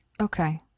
Okay